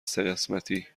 سهقسمتی